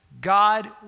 God